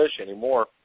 anymore